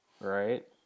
Right